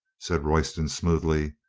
said royston smoothly.